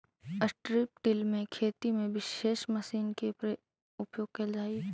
strip till में खेती में विशेष मशीन के उपयोग कैल जा हई